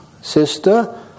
Sister